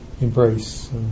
embrace